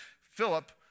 Philip